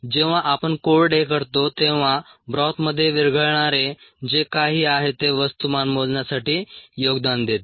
जेव्हा आपण कोरडे करतो तेव्हा ब्रॉथमध्ये विरघळणारे जे काही आहे ते वस्तुमान मोजण्यासाठी योगदान देते